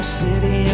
city